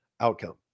outcome